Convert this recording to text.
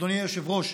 אדוני היושב-ראש,